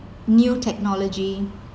new technology